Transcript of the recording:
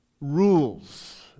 rules